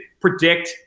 predict